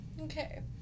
okay